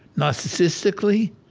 narcissistically?